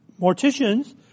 morticians